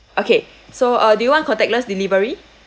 okay so uh do you want contactless delivery